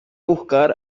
buscar